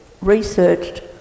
researched